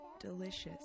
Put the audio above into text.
delicious